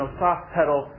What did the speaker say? soft-pedal